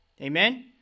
amen